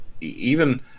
even-